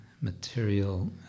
material